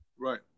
Right